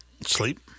sleep